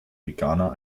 veganer